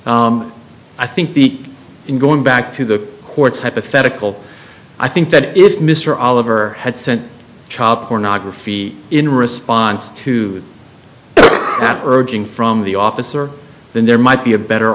i think the in going back to the courts hypothetical i think that if mr oliver had sent child pornography in response to an urging from the officer then there might be a better